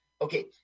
Okay